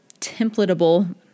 templatable